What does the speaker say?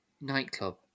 nightclub